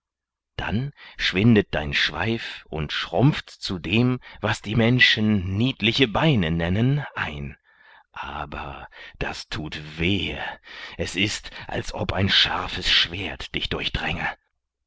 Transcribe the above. dann schwindet dein schweif und schrumpft zu dem was die menschen niedliche beine nennen ein aber das thut wehe es ist als ob ein scharfes schwert dich durchdränge